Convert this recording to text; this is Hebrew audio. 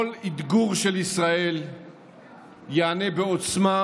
כל אתגור של ישראל ייענה בעוצמה,